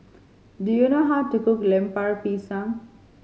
do you know how to cook Lemper Pisang